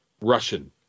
Russian